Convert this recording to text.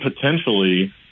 potentially